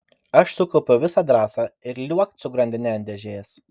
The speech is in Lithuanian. aš sukaupiau visą drąsą ir liuokt su grandine ant dėžės